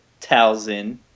Talzin